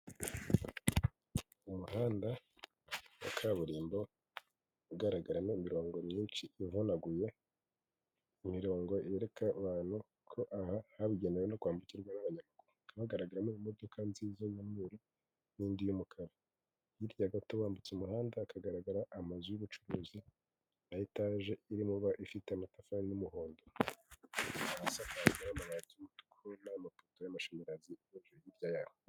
Umuhanda wa kaburimbo, ugaragaramo imirongo myinshi ivunaguye, imirongo yereka abantu ko aha habugenewe ho kwambukirwa n'abanyamaguru. Hakaba hagaragaramo imodoka nziza y'umweru n'indi y'umukara. Hirya gato bambutse umuhanda hakaba hagaragara amazu y'ubucuruzi ya etaje ikaba ifite amatafari y'umuhondo, ikaba isakaje amabati y'umutuku, hari n'amafoto y'amashanyarazi hirya yaho.